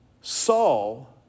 Saul